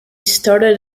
started